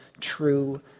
true